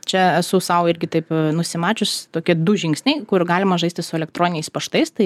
čia esu sau irgi taip nusimačiusi tokie du žingsniai kur galima žaisti su elektroniniais paštais tai